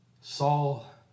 Saul